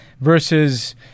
versus